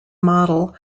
model